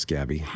Gabby